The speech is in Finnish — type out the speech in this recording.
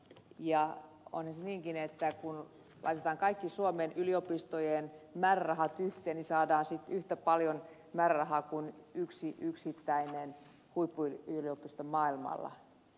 ja onhan se niinkin että kun laitetaan kaikki suomen yliopistojen määrärahat yhteen niin saadaan sitten yhtä paljon määrärahaa kuin on yhdellä yksittäisellä huippuyliopistolla maailmalla